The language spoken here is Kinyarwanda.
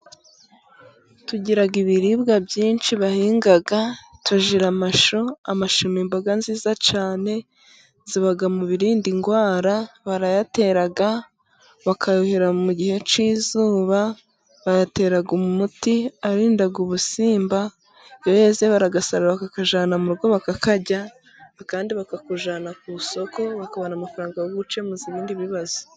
Tugira ibiribwa byinshi bahinga, tugira amashu, amashu imboga nziza cyane, ziba mu birinda indwara, barayatera bakayuhira mu gihe cy'izuba, bayatera umuti urinda ubusimba, iyo yeze barayasarura bakayajyana mu rugo bakayarya, andi bakayajyana ku isoko bakabona amafaranga yo gukemuza ibindi bibazo.